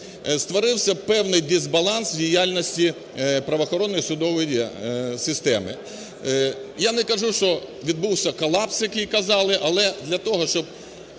створився певний дисбаланс діяльності правоохоронної і судової системи. Я не кажу, що відбувся колапс, який казали, але для того, щоб